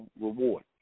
reward